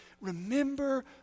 Remember